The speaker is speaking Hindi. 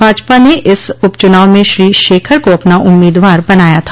भाजपा ने इस उप चुनाव में श्री शेखर को अपना उम्मीदवार बनाया था